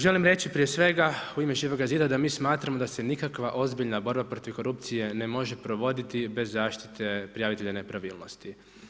Želim reći prije svega u ime Živoga zida da mi smatramo da se nikakva ozbiljna borba protiv korupcije ne može provoditi bez zaštite prijavitelja nepravilnosti.